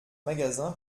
magasin